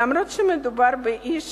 אף-על-פי שמדובר באיש